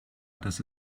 das